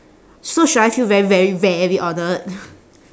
so should I feel very very very honoured